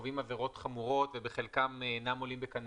קובעים עבירות חמורות ובחלקם אינם עולים בקנה